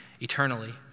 eternally